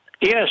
Yes